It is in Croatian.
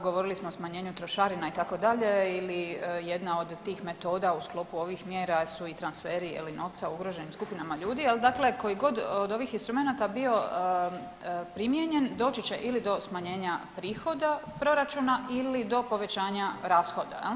Govorili smo o smanjenju trošarina itd. ili jedna od tih metoda u sklopu ovih mjera su i transferi novca ugroženim skupinama ljudi, ali dakle kojigod od ovih instrumenata bio primijenjen doći će ili do smanjenja prihoda proračuna ili do povećanja rashoda.